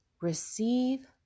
Receive